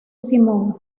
simón